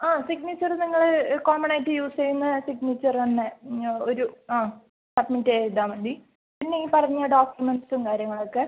ആ സിഗ്നേച്ചറ് നിങ്ങൾ കോമണായിട്ട് യൂസ് ചെയ്യുന്ന സിഗ്നേച്ചറ് തന്നെ ആ ഒരു ആ സബ്മിറ്റ് ചെയ്താൽ മതി പിന്നെ ഈ പറഞ്ഞ ഡോക്യുമെൻ്റ്സും കാര്യങ്ങളൊക്കെ